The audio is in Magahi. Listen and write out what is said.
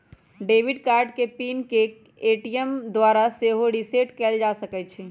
डेबिट कार्ड के पिन के ए.टी.एम द्वारा सेहो रीसेट कएल जा सकै छइ